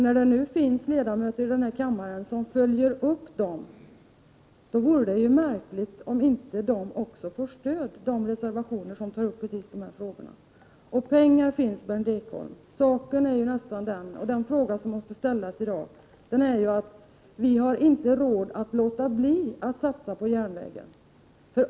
När det nu finns ledamöter i kammaren som följer upp precis de här frågorna i reservationer, vore det märkligt om de inte skulle få stöd. Det finns pengar, Berndt Ekholm. Vi har i dag inte råd att låta bli att satsa på järnvägen.